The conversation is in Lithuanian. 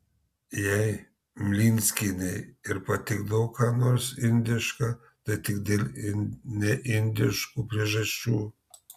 jei mlinskienei ir patikdavo kas nors indiška tai tik dėl neindiškų priežasčių